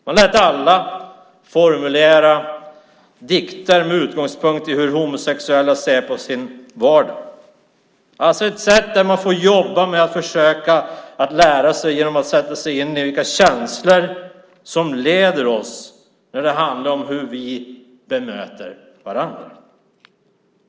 Man lät alla formulera dikter med utgångspunkt i hur homosexuella ser på sin vardag. Det är ett sätt där man får lära sig genom att försöka sätta sig in i vilka känslor som leder oss när det handlar om hur vi bemöter varandra.